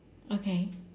okay